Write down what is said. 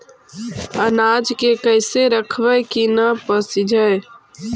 अनाज के कैसे रखबै कि न पसिजै?